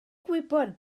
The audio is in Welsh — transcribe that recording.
gwybod